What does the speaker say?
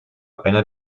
einer